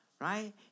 Right